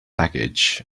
package